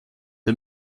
der